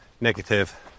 negative